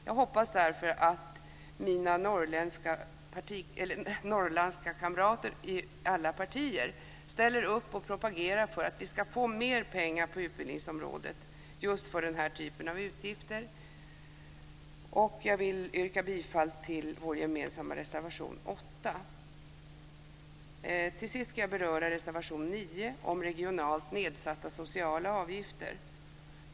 Jag hoppas därför att mina norrländska kamrater i alla partier ställer upp och propagerar för att vi ska få mer pengar på utbildningsområdet just för den här typen av utgifter. Jag vill yrka bifall till vår gemensamma reservation 8. Till sist ska jag beröra reservation 9 om regionalt nedsatta sociala avgifter.